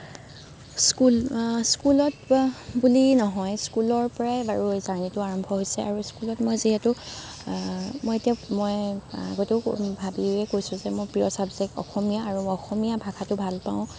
school স্কুলত বুলিয়েই বাৰু নহয় কাহিনীটো আৰম্ভ হৈছে স্কুলত মই যিহেতু মই আগতেও ভাবিয়েই কৈছোঁ যে প্ৰিয় ছাবজেক্ট অসমীয়া অসমীয়া ভাষাটো ভাল পাওঁ